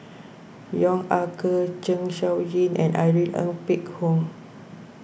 Yong Ah Kee Zeng Shouyin and Irene Ng Phek Hoong